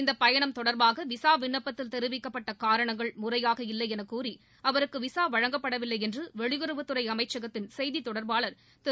இந்த பயணம் தொடர்பாக விசா விண்ணப்பித்ததில் தெரிவிக்கப்பட்ட காரணங்கள் முறையாக இல்லையென கூறி அவருக்கு விசா வழங்கப்படவில்லை என்று வெளியுறவுத்துறை அமைச்சகத்தின் செய்தி தொடர்பாளர் திரு